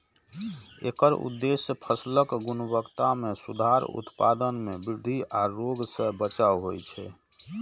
एकर उद्देश्य फसलक गुणवत्ता मे सुधार, उत्पादन मे वृद्धि आ रोग सं बचाव होइ छै